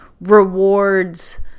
rewards –